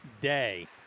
day